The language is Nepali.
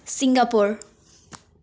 सिङ्गापुर